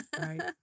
Right